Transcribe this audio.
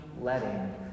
letting